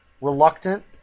reluctant